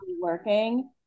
working